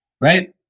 Right